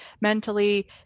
mentally